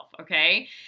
Okay